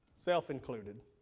self-included